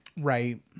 right